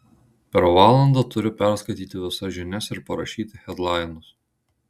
per valandą turiu perskaityti visas žinias ir parašyti hedlainus